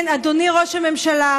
כן, אדוני ראש הממשלה,